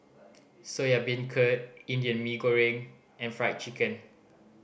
Soya Beancurd Indian Mee Goreng and Fried Chicken